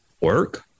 work